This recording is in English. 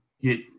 get –